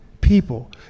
people